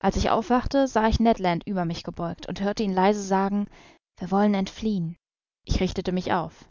als ich aufwachte sah ich ned land über mich gebeugt und hörte ihn leise sagen wir wollen entfliehen ich richtete mich auf